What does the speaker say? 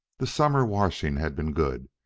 the summer washing had been good,